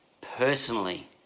personally